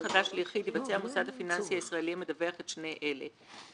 יערוך המוסד הפיננסי הישראלי המדווח בתוך 180 ימים